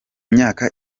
myaka